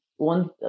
One